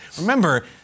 Remember